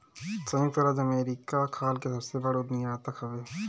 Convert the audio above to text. संयुक्त राज्य अमेरिका खाल के सबसे बड़ निर्यातक हवे